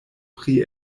pri